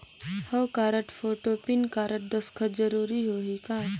हव card, photo, PAN card, दस्खत जरूरी होही का?